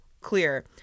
clear